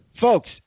Folks